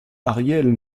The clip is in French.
ariel